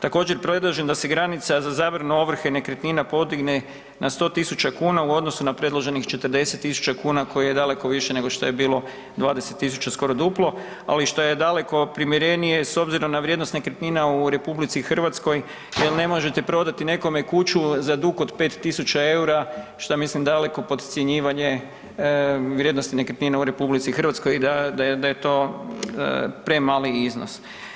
Također predlažem da se granica za zabranu ovrhe nekretnina podigne na 100 000 kn u odnosu na predloženih 40 000 kn koje je daleko više nego što je bilo 20 000, skoro duplo, ali i što je daleko primjerenije s obzirom na vrijednost nekretnina u RH jer ne možete prodati nekome kuću za dug od 5 000 eura šta mislim daleko podcjenjivanje vrijednosti nekretnina u RH i da je to premali iznos.